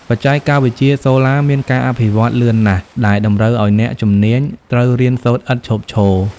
បច្ចេកវិទ្យាសូឡាមានការវិវឌ្ឍន៍លឿនណាស់ ដែលតម្រូវឱ្យអ្នកជំនាញត្រូវរៀនសូត្រឥតឈប់ឈរ។